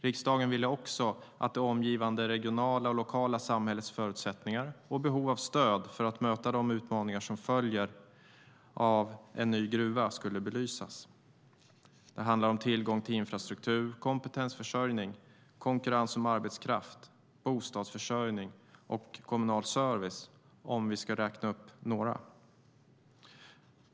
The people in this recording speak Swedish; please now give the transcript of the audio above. Riksdagen ville också att det omgivande regionala och lokala samhällets förutsättningar och behov av stöd för att möta de utmaningar som följer av en ny gruva skulle belysas. Det handlar om tillgång till infrastruktur, kompetensförsörjning, konkurrens om arbetskraft, bostadsförsörjning och kommunal service.